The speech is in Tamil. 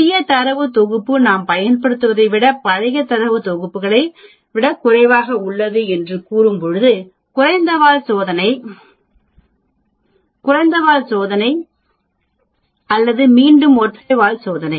புதிய தரவு தொகுப்பு நாம் பயன்படுத்துவதை விட பழைய தரவு தொகுப்பை விட குறைவாக உள்ளது என்று கூறும்போது குறைந்த வால் சோதனை அல்லது மீண்டும் ஒற்றை வால் சோதனை